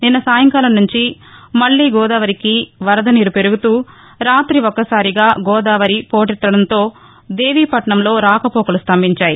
నిన్న సాయంకాలం నుంచి మళ్లీ గోదావరికి వరదనీరు పెరుగుతూ రాతి ఒక్కసారిగా గోదావరి పోటెత్తడంతో దేవీపట్నంలో రాకపోకలు స్తంభించాయి